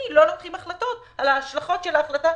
לא לוקחים אחריות על ההשלכות של ההחלטה.